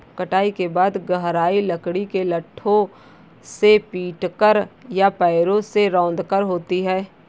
कटाई के बाद गहराई लकड़ी के लट्ठों से पीटकर या पैरों से रौंदकर होती है